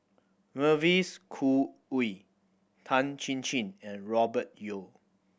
Mavis Khoo Oei Tan Chin Chin and Robert Yeo